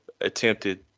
attempted